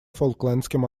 фолклендским